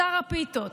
שר הפיתות,